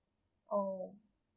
oh